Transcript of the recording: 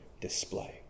display